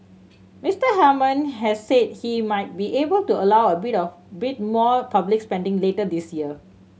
Mister Hammond has said he might be able to allow a bit of bit more public spending later this year